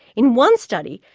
in one study,